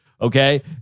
Okay